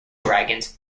dragons